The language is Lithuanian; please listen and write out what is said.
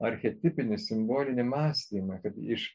archetipinį simbolinį mąstymą kad iš